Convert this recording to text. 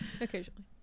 Occasionally